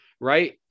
right